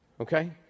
Okay